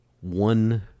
one